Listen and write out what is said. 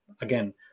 Again